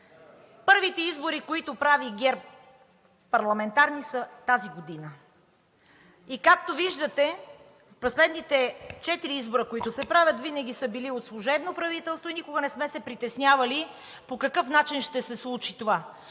избори, които прави ГЕРБ, са през тази година. Както виждате при последните четири избора, които се правят, винаги са били от служебно правителство и никога не сме се притеснявали по какъв начин ще се случи това.